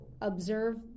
observe